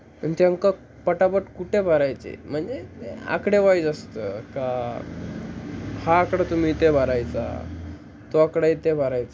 आणि ते अंक पटापट कुठे भरायचे म्हणजे ते आकडे वाईज असतं का हा आकडा तुम्ही इथं भरायचा तो आकडा इथे भरायचा